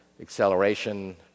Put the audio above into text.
acceleration